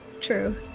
true